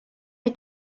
mae